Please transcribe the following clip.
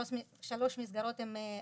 ושלוש מסגרות הן הוסטלים.